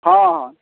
हँ हँ